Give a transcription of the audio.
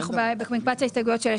בתקנות רגילות יכול להיות דיאלוג,